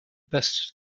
passe